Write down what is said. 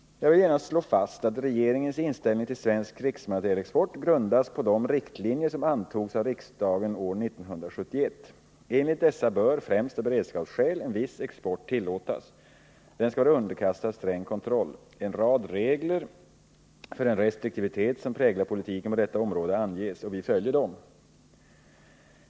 Jag vill genast slå fast att regeringens inställning till svensk krigsmaterielexport grundas på de riktlinjer som antogs av riksdagen år 1971 . Enligt dessa bör, främst av beredskapsskäl, en viss export tillåtas. Den skall vara underkastad sträng kontroll. En rad regler för den restriktivitet som präglar politiken på detta område anges. Vi följer dem.